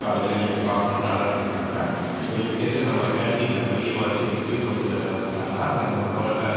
காலையில் நீங்கள் பார்க்கணுன்னு அலாட் பண்ட்டாங்கன்னால் இப்போ இன்கேஸு நம்ம கேன்டீன்ல போய் வரிசையை க்யூ படுத்துகிற வேலை கொடுத்தாங்கன்னா அங்கே நம்ம கவ க